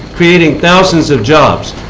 creating thousands of jobs.